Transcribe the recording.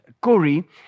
Corey